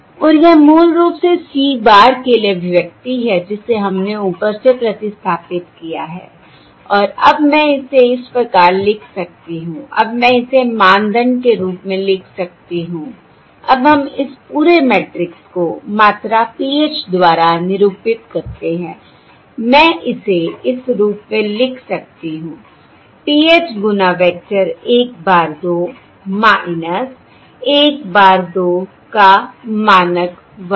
और यह मूल रूप से c bar के लिए अभिव्यक्ति है जिसे हमने ऊपर से प्रतिस्थापित किया है और अब मैं इसे इस प्रकार लिख सकती हूं अब मैं इसे मानदंड के रूप में लिख सकती हूं अब हम इस पूरे मैट्रिक्स को मात्रा PH द्वारा निरूपित करते हैं मैं इसे इस रूप में लिख सकती हूं PH गुना वेक्टर 1 bar 2 1 bar 2 का मानक वर्ग